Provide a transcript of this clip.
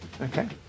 Okay